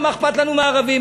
מה אכפת לנו מהערבים,